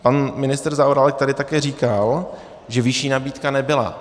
Pan ministr Zaorálek tady také říkal, že vyšší nabídka nebyla.